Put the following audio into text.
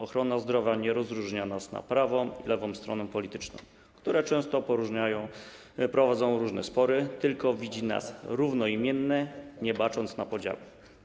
Ochrona zdrowia nie rozróżnia nas, nie rozróżnia prawej i lewej strony politycznej, które często poróżniają, prowadzą różne spory, tylko widzi nas równoimiennie, nie bacząc na podziały.